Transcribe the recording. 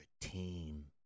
team